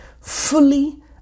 fully